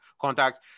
Contact